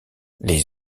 les